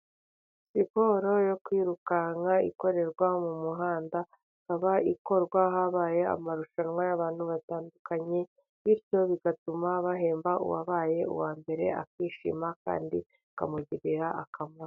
Siporo yo kwiruka ikorerwa mu muhanda. Ikorwa habaye amarushanwa y'abantu batandukanye bityo bigatuma bahemba uwabaye uwa mbere akishima kandi bikamugirira akamaro.